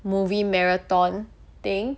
movie marathon thing